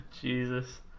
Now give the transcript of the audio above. Jesus